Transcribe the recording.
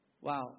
Wow